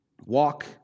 walk